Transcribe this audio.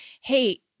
Hey